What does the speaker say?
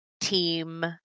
Team